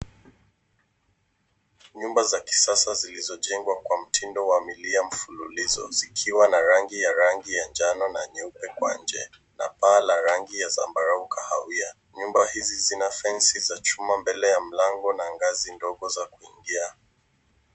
Nyumba za kisasa zilizojengwa kwa mtindo wa milia mfululizo zikiwa na rangi ya rangi ya njano na nyeupe kwa nje na paa la rangi ya zambarau kahawia. Nyumba hizi zina fence za chuma mbele ya mlango na ngazi ndogo za kuingia.